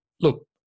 Look